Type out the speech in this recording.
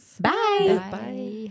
Bye